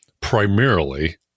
primarily